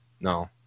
No